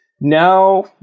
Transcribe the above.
Now